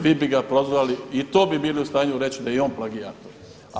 Vi bi ga prozvali i to bi bili u stanju reći da je i on plagijator.